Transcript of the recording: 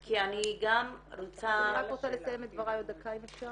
כי אני גם רוצה --- אני רוצה לסיים את דבריי עוד דקה אם אפשר.